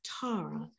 Tara